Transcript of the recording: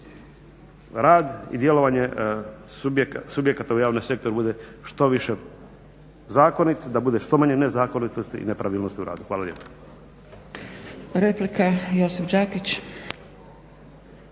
rad i djelovanje subjekata u javnom sektoru bude što više zakonit, da bude što manje nezakonitosti i nepravilnosti u radu. Hvala lijepo.